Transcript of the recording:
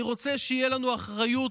אני רוצה שתהיה לנו אחריות,